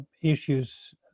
issues